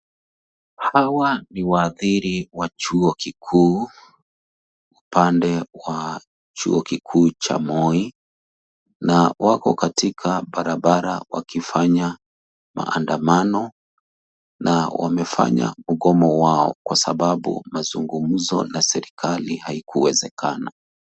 Hawa ni waathiri wa chuo kikuu, upande wa chuo kikuu cha Moi na wako katika barabara wakifanya maandamano na wamefanya mgomo wao kwa sababu mazungumzo na serikali haikuwezekana.